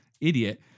idiot